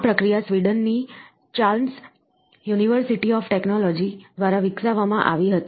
આ પ્રક્રિયા સ્વીડન ની ચાલ્મર્સ યુનિવર્સિટી ઓફ ટેકનોલોજી દ્વારા વિકસાવવામાં આવી હતી